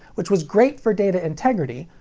which was great for data integrity,